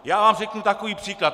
Já vám řeknu takový příklad.